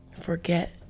forget